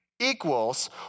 equals